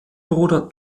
bruder